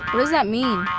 what does that mean?